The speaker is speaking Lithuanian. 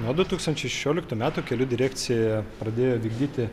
nuo du tūkstančiai šešioliktų metų kelių direkcija pradėjo vykdyti